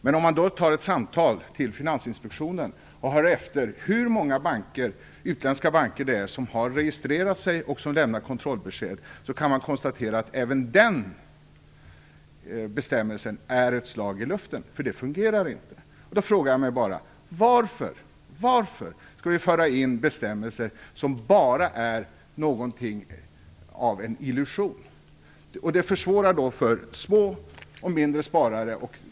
Men om man tar ett samtal med Finansinspektionen och hör efter hur många utländska banker det är som har registrerat sig och som lämnar kontrollbesked kan man konstatera att även den bestämmelsen är ett slag i luften. Det fungerar inte. Då frågar jag mig varför vi skall föra in bestämmelser som bara är något av en illusion. Det försvårar för småsparare.